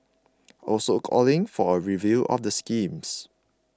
also calling for a review of the schemes